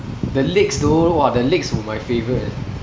the lakes though !wah! the lakes were my favourite